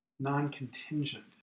non-contingent